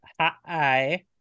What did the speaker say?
Hi